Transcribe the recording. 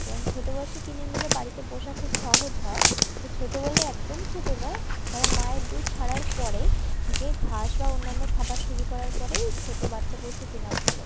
এবং ছোট বয়সেই কিনে নিলে বাড়িতে পোষা খুব সহজ হয় তবে ছোট বলে একদম ছোট নয় তারা মায়ের দুধ ছাড়ার পরে থেকে ঘাস বা অন্যান্য খাবার শুরু করার পরেই ছোট বাচ্চা পশু কেনা ভালো